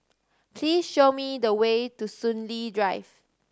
please show me the way to Soon Lee Drive